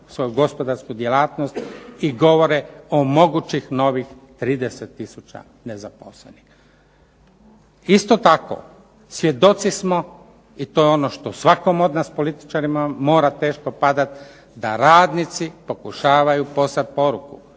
svoju gospodarsku djelatnost i govore o mogućih novih 30000 nezaposlenih. Isto tako, svjedoci smo i to je ono što svakom od nas političara mora teško padat, da radnici pokušavaju poslat poruku